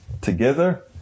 together